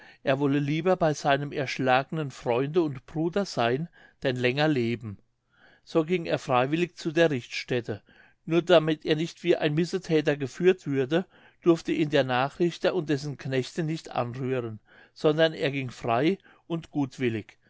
er wolle lieber bei seinem erschlagenen freunde und bruder sein denn länger leben so ging er freiwillig zu der richtstätte nur damit er nicht wie ein missethäter geführt würde durften ihn der nachrichter und dessen knechte nicht anrühren sondern er ging frei und gutwillig